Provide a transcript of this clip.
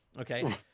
okay